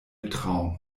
traum